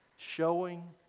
Showing